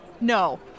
no